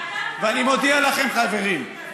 אם אדם כמוך יושב פה, מגיע לכל אחד לשבת פה.